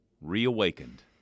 reawakened